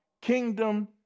kingdom